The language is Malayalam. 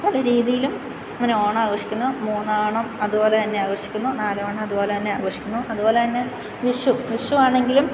പലരീതിയിലും ഇങ്ങനെ ഓണം ആഘോഷിക്കുന്നു മൂന്നാം ഓണം അതുപോലെതന്നെ ആഘോഷിക്കുന്നു നാലാം ഓണം അതുപോലെതന്നെ ആഘോഷിക്കുന്നു അതുപോലെതന്നെ വിഷു വിഷു ആണെങ്കിലും